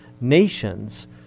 Nations